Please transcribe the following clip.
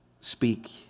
speak